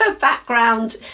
background